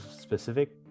specific